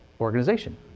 organization